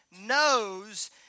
knows